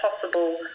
possible